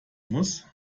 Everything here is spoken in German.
muss